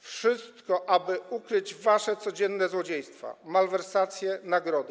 wszystko, aby ukryć wasze codzienne złodziejstwa, malwersacje, nagrody.